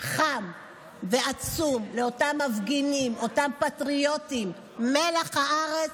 חם ועצוב לאותם מפגינים, אותם פטריוטים, מלח הארץ,